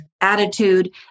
attitude